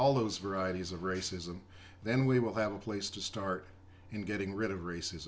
all those varieties of racism then we will have a place to start in getting rid of rac